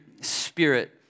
spirit